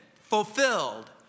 Fulfilled